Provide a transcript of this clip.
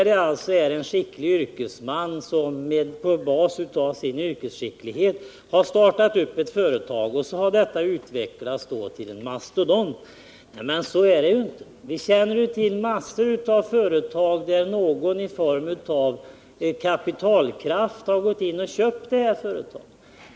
Den handlar om någon skicklig yrkesman som på basis av sitt yrkeskunnande har startat ett företag, och sedan har det företaget utvecklats till en mastodont. Men så är det ju inte. Vi känner till massor av fall där någon med kapitalkraft gått in och köpt ett företag.